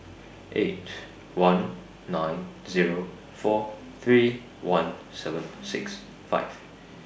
eight one nine Zero four three one seven six five